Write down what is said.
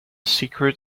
secret